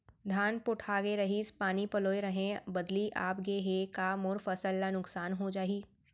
धान पोठागे रहीस, पानी पलोय रहेंव, बदली आप गे हे, का मोर फसल ल नुकसान हो जाही?